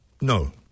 no